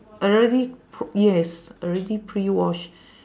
already p~ yes already prewashed